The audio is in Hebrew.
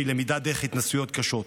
שהיא למידה דרך התנסויות קשות.